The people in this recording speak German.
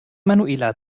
manuela